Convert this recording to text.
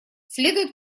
следует